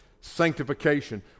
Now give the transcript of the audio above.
Sanctification